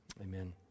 amen